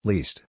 Least